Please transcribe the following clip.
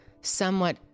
somewhat